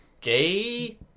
Gay